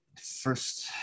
first